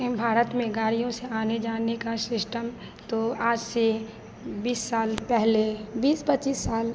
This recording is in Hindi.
एं भारत में गाड़ियों से आने जाने का शिश्टम तो आज से बीस साल पहले बीस पच्चीस साल